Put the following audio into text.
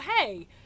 hey